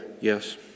Yes